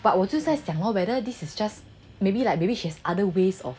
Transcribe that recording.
but 我就在想 lor maybe there is just maybe like maybe she has other ways